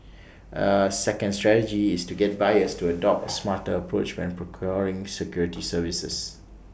A second strategy is to get buyers to adopt smarter approach when procuring security services